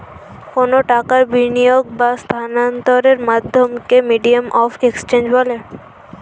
কোনো টাকার বিনিয়োগ বা স্থানান্তরের মাধ্যমকে মিডিয়াম অফ এক্সচেঞ্জ বলে